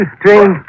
strange